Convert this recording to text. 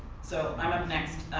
so i'm up next.